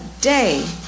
day